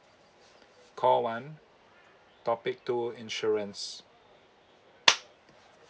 call one topic two insurance